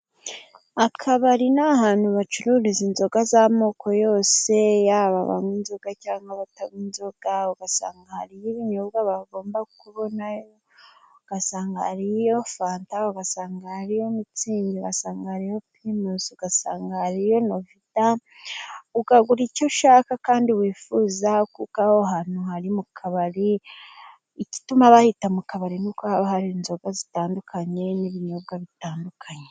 Akabari ni ahantu bacururiza inzoga z'amoko yose, yaba abanywa inzoga cyangwa abatanywa inzoga, ugasanga hari n'ibinyobwa bagomba kubona, ugasanga hariyo fanta, ugasanga hariyo mitsingi, ugasanga hariyo pirimusi, ugasanga hariyo novida, ukabura icyo ushaka kandi wifuza, kuko aho hantu ari mu kabari. Igituma bahita mu kabari ni uko hari inzoga zitandukanye, n'ibinyobwa bitandukanye.